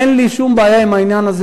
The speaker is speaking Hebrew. אין לי שום בעיה עם זה.